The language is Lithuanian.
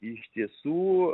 iš tiesų